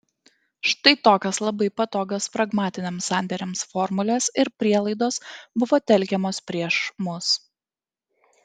štai tokios labai patogios pragmatiniams sandėriams formulės ir prielaidos buvo telkiamos prieš mus